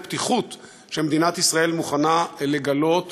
לפתיחות שמדינת ישראל מוכנה לגלות